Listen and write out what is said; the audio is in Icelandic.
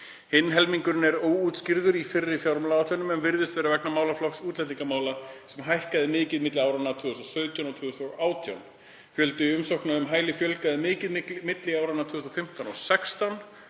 Hinn helmingurinn er óútskýrður í fyrri fjármálaáætlunum en virðist vera vegna málaflokks útlendingamála sem hækkaði mikið á milli áranna 2017 og 2018. Umsóknum um hæli fjölgaði mikið milli áranna 2015 og 2016.